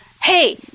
Hey